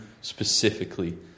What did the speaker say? specifically